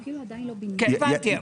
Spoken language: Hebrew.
הבנתי.